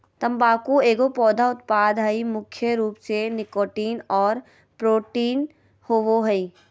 तम्बाकू एगो पौधा उत्पाद हइ मुख्य रूप से निकोटीन और प्रोटीन होबो हइ